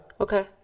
Okay